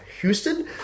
Houston